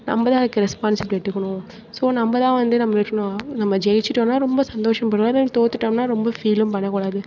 நம்ம தான் அதுக்கு ரெஸ்பான்ஸ்பிலிட்டி எடுத்துக்கணும் ஸோ நம்ம தான் வந்து நம்மளுக்கு நம்ம ஜெயித்துட்டோனா ரொம்ப சந்தோஷமும் படுவேன் இல்லாட்டி தோற்றுடோம்னா ரொம்ப ஃபீலும் பண்ணக்கூடாது